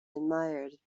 admired